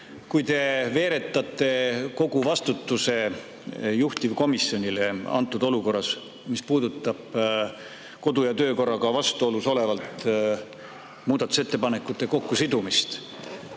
kui te veeretate kogu vastutuse juhtivkomisjonile antud olukorras, mis puudutab kodu- ja töökorraga vastuolus olevalt muudatusettepanekute kokkusidumist.